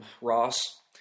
Ross